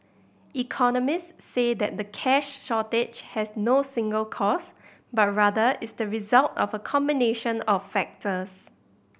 economists say that the cash shortage has no single cause but rather is the result of a combination of factors